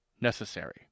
necessary